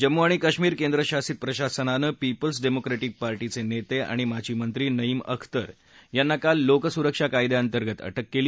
जम्मू आणि काश्मीर केंद्रशासित प्रशासनानं पीपल्स डेमोक्रीतिक पार्टीचे नेते आणि माजी मंत्री नईम अख्तर यांना काल लोक सुरक्षा कायद्याअंतर्गत अटक केली